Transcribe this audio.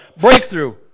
breakthrough